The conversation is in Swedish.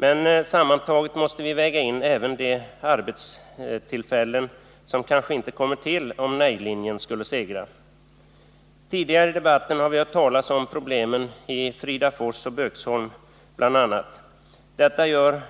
Men sammantaget måste vi väga in även de arbetstillfällen som kanske inte kommer till om nej-linjen skulle segra. Tidigare i debatten har vi hört talas om problemen i Fridafors och Böksholm bl.a. Detta gör